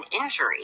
injury